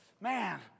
Man